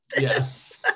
Yes